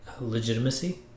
legitimacy